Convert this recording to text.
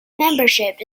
membership